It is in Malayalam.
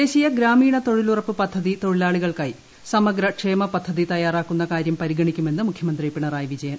ദേശീയ ഗ്രാമീണ തൊഴിലുറ്റപ്പ് പിദ്ധതി തൊഴിലാളികൾക്കായി പ്രമ്പ്രി ക്ഷേമപദ്ധതി നടപ്പാക്കുന്ന കാര്യം പരിഗണിക്കുമെന്ന് മുഖ്യമന്ത്രി പിണറായി വിജയൻ